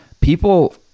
people